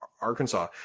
Arkansas